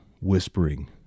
whispering